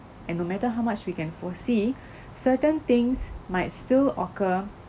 and no matter how much we can foresee certain things might still occur